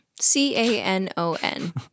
C-A-N-O-N